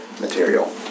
material